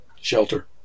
Shelter